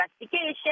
investigation